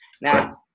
Now